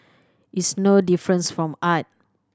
it's no difference from art